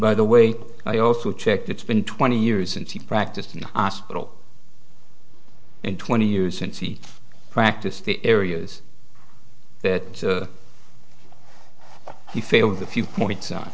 by the way i also checked it's been twenty years since he practiced in a hospital in twenty years since he practiced the areas that he failed a few points on